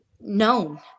known